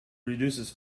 reduces